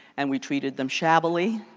and we treated them shabby,